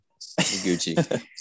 Gucci